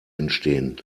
entstehen